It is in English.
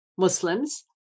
Muslims